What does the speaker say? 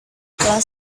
kelas